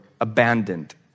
abandoned